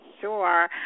sure